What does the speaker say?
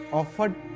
offered